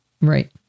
Right